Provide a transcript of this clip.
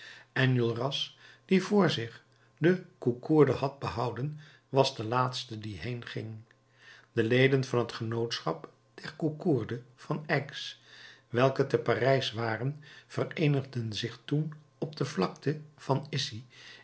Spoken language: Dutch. enjolras die voor zich de cougourde had behouden was de laatste die heenging de leden van het genootschap der cougourde van aix welke te parijs waren vereenigden zich toen op de vlakte van